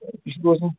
یہِ چھِ روزان